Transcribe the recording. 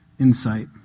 insight